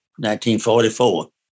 1944